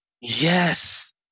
Yes